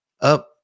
Up